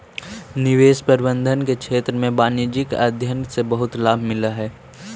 निवेश प्रबंधन के क्षेत्र में वाणिज्यिक अध्ययन से बहुत लाभ मिलऽ हई